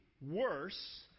worse